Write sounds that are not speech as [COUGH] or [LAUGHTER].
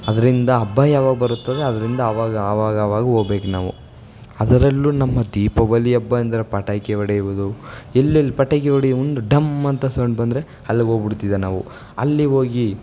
ಅದರಿಂದ ಹಬ್ಬ ಯಾವಾಗ ಬರುತ್ತದೆ ಅದರಿಂದ ಅವಾಗ ಆವಾಗಾವಾಗ ಹೋಬೇಕ್ ನಾವು ಅದರಲ್ಲೂ ನಮ್ಮ ದೀಪಾವಳಿ ಹಬ್ಬ ಅಂದರೆ ಪಟಾಕಿ ಹೊಡೆಯುವುದು ಎಲ್ಲೆಲ್ಲಿ ಪಟಾಕಿ ಹೊಡೆಯೊ [UNINTELLIGIBLE] ಡಮ್ ಅಂತ ಸೌಂಡ್ ಬಂದರೆ ಅಲ್ಲಿಗ್ ಹೋಗ್ಬುಡ್ತಿದ್ದೆ ನಾವು ಅಲ್ಲಿ ಹೋಗಿ